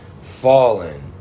Fallen